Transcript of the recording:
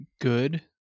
good